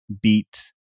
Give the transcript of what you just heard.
beat